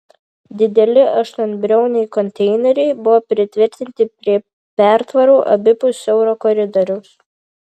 dideli aštuonbriauniai konteineriai buvo pritvirtinti prie pertvarų abipus siauro koridoriaus